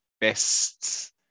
best